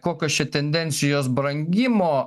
kokios čia tendencijos brangimo